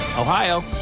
Ohio